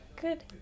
Good